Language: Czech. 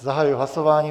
Zahajuji hlasování.